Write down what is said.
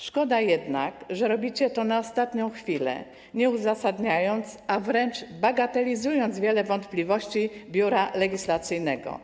Szkoda jednak, że robicie to na ostatnią chwilę, nie uzasadniając czy wręcz bagatelizując wiele wątpliwości Biura Legislacyjnego.